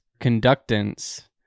conductance